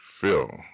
phil